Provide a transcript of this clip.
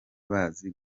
bazi